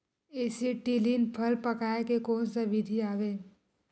Acetylene फल पकाय के कोन सा विधि आवे?